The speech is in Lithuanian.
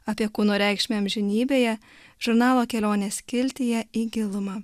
apie kūno reikšmę amžinybėje žurnalo kelionės skiltyje į gilumą